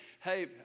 hey